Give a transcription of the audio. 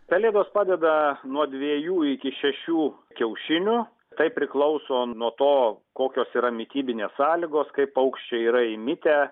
pelėdos padeda nuo dviejų iki šešių kiaušinių tai priklauso nuo to kokios yra mitybinės sąlygos kaip paukščiai yra imitę